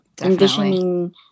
envisioning